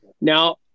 Now